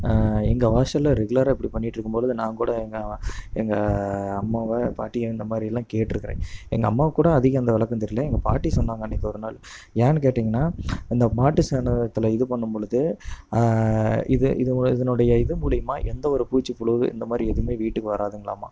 எங்கள் வாசலில் ரெகுலராக இப்படி பண்ணிகிட்டு இருக்கும் போது நாங்ககூட எங்கள் எங்கள் அம்மாவை பாட்டியை இந்த மாதிரில்லாம் கேட்டிருக்கிறேன் எங்கள் அம்மாவுக்கு கூட அதிகம் இந்த விளக்கம் தெரில எங்கள் பாட்டி சொன்னாங்க அன்றைக்கு ஒரு நாள் ஏன்னு கேட்டீங்கன்னால் அந்த மாட்டுச்சாணத்தில் இது பண்ணும் பொழுது இது இதனோட இதனுடைய இது மூலிமா எந்தவொரு பூச்சி புழு இந்த மாதிரி எதுவுமே வீட்டுக்கு வராதுங்களாம்